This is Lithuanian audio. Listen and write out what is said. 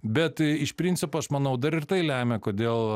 bet iš principo aš manau dar ir tai lemia kodėl